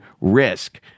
RISK